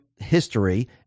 history